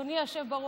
אדוני היושב-ראש.